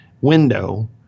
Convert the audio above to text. window